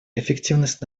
эффективность